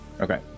Okay